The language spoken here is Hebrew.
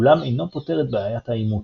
אולם אינו פותר את בעיית האימות.